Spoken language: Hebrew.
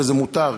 וזה מותר,